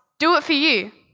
do it for you.